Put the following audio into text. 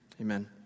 Amen